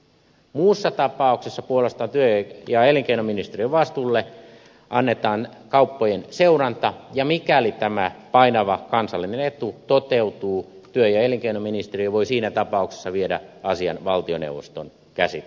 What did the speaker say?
muussa tapauksessa puolestaan työ ja elinkeinoministeriön vastuulle annetaan kauppojen seuranta ja mikäli tämä painava kansallinen etu toteutuu työ ja elinkeinoministeriö voi siinä tapauksessa viedä asian valtioneuvoston käsittelyyn